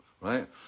right